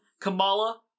Kamala